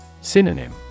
Synonym